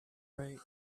right